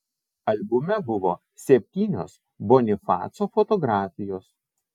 albume buvo septynios bonifaco fotografijos